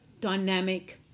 dynamic